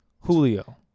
Julio